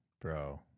Bro